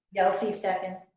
yelsey second.